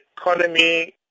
economy